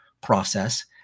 process